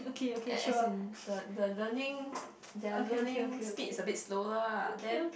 and as in the the learning their learning speed is a bit slower lah